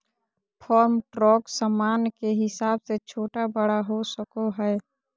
farm truck सामान के हिसाब से छोटा बड़ा हो सको हय